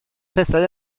pethau